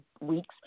weeks